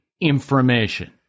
information